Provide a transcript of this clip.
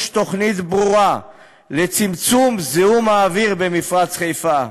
תוכנית ברורה לצמצום זיהום האוויר במפרץ חיפה.